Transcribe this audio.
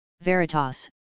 Veritas